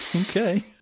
okay